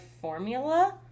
formula